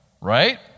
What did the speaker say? right